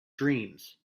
dreams